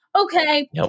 Okay